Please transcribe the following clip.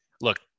look